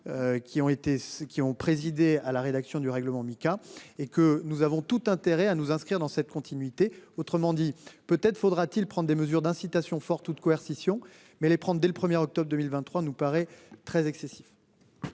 qui ont présidé à la rédaction du règlement Mica et que nous avons tout intérêt à nous inscrire dans cette continuité. Autrement dit, peut-être faudra-t-il prendre des mesures d'incitation forte toute coercition mais les prendre dès le premier octobre 2023 nous paraît très excessif.--